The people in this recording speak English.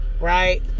Right